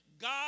God